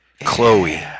Chloe